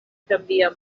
canvia